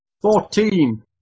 Fourteen